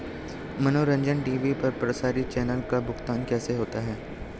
मनोरंजन टी.वी पर प्रसारित चैनलों का भुगतान कैसे होता है?